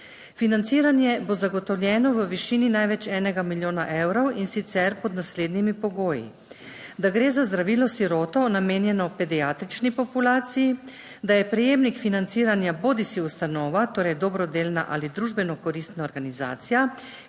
Financiranje bo zagotovljeno v višini največ enega milijona evrov, in sicer pod naslednjimi pogoji: da gre za zdravilo s siroto, namenjeno pediatrični populaciji, da je prejemnik financiranja bodisi ustanova, torej dobrodelna ali družbeno koristna organizacija,